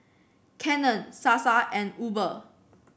Canon Sasa and Uber